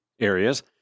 areas